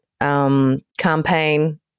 campaign